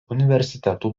universitetų